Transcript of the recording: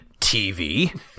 tv